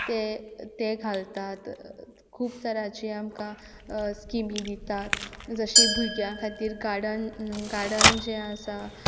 ते ते घालतात खूब तराचें आमकां स्किमी दिता जशी भुरग्या खातीर गार्डन गार्डन जें आसा